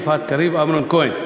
יפעת קריב ואמנון כהן.